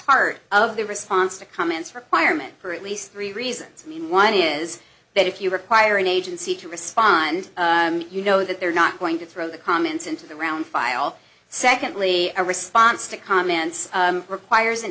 part of the response to comments from firemen for at least three reasons and one is that if you require an agency to respond you know that they're not going to throw the comments into the round file secondly a response to comments requires an